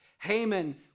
Haman